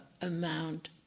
amount